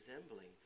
resembling